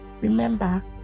Remember